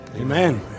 Amen